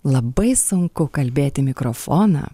labai sunku kalbėti į mikrofoną